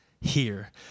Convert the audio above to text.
here